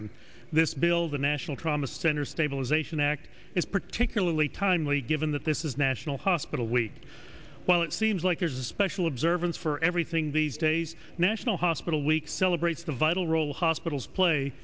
n this bill the national trauma center stabilization act is particularly timely given that this is national hospital week while it seems like there's a special observance for everything these days national hospital week celebrates the vital role hospitals play